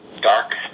dark